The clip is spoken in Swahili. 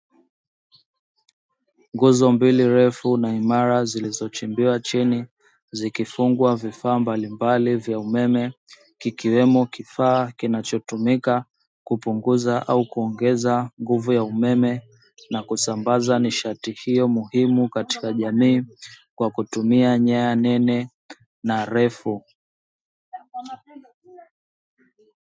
Nguzo mbili refu na imara zilizochimbiwa chini, zikifungwa vifaa mbalimbali vya umeme, kikiwemo kifaa kinachotumika kupunguza au kuongeza nguvu ya umeme, na kusambaza nishati hiyo muhimu katika jamii, kwa kutumia nyaya nene na refu.